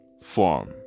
form